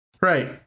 right